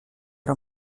era